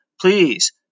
please